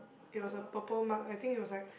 it was a purple mug I think it was like